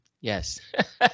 Yes